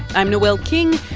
i'm noel king.